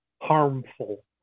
harmful